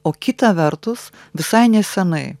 o kita vertus visai nesenai